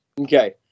Okay